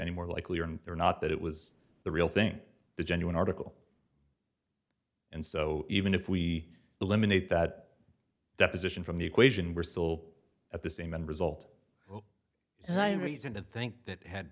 any more likely or they're not that it was the real thing the genuine article and so even if we eliminate that deposition from the equation we're still at the same end result and i have reason to think that had